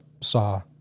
saw